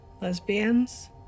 Lesbians